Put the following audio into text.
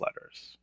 letters